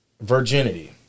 virginity